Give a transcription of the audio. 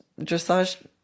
dressage